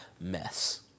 mess